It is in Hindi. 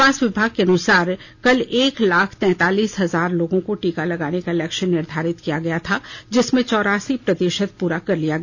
स्वास्थ्य विभाग के अनुसार कल एक लाख तैंतालीस हजार लोगों को टीका लगाने का लक्ष्य निर्धारित किया गया था जिसमें चौरासी प्रतिशत पूरा कर लिया गया